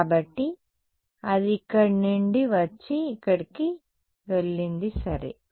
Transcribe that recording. కాబట్టి అది ఇక్కడ నుండి వచ్చి ఇక్కడకు వెళ్ళింది సరే